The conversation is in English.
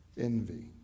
envy